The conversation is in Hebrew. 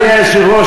אדוני היושב-ראש,